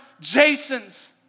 Jasons